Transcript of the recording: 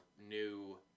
new